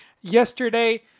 Yesterday